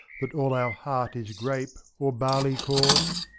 that all our heart is grape or barley-corn?